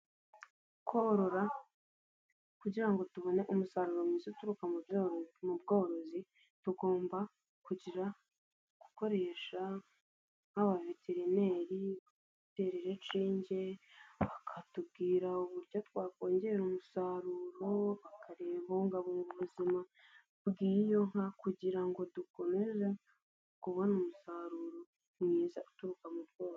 Korora kugira ngo tubone umusaruro mwiza uturuka mu bworozi tugomba kugira gukoresha nk'abaveteri, gutera inshinge bakatubwira uburyo twakongera umusaruro bakareba, bakangabunga ubuzima bw'iyo nka kugira ngo dukomeze kubona umusaruro mwiza uturuka mu bworozi.